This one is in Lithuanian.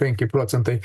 penki procentai